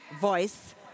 voice